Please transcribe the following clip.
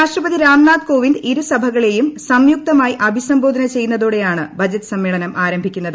രാഷ്ട്രപതി രാംനാഥ് കോവിന്ദ് ഇരും സഭകളെയും സംയുക്തമായി അഭിസംബോധന ചെയ്യുന്ന്ത്യോടെയാണ് ബജറ്റ് സമ്മേളനം ആരംഭിക്കുന്നത്